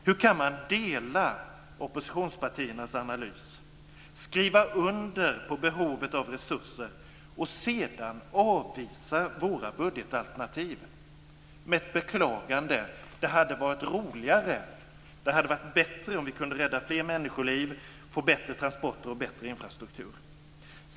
Hur kan man dela oppositionspartiernas analys, skriva under på behovet av resurser och sedan avvisa våra budgetalternativ med ett beklagande? Det hade varit roligare och bättre om vi hade kunnat rädda fler människoliv, få bättre transporter och bättre infrastruktur.